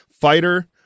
fighter